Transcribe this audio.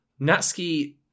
Natsuki